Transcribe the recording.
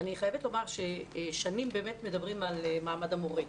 אני חייבת לומר ששנים באמת מדברים על מעמד המורה,